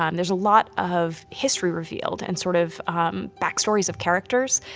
um there's a lot of history revealed, and sort of backstories of characters,